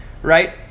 right